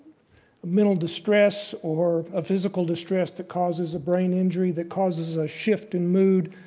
mental distress or a physical distress that causes the brain injury that causes a shift in mood,